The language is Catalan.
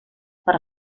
per